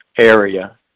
area